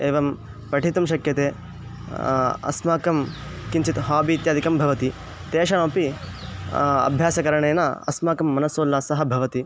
एवं पठितुं शक्यते अस्माकं किञ्चित् हाबि इत्यादिकं भवति तेषामपि अभ्यासकरणेन अस्माकं मनसोल्लासः भवति